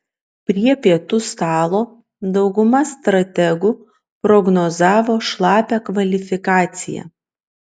prie pietų stalo dauguma strategų prognozavo šlapią kvalifikaciją